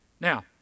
Now